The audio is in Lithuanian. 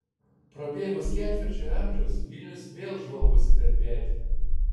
prabėgus ketvirčiui amžiaus vilnius vėl žvalgosi per petį